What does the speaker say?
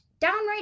downright